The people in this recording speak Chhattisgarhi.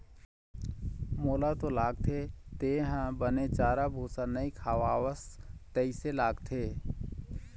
मोला तो लगथे तेंहा बने चारा भूसा नइ खवास तइसे लगथे